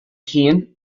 féin